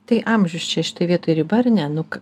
tai amžius čia šitoj vietoj riba ar ne nu ką